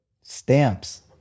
Stamps